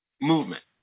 movement